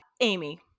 amy